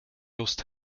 lust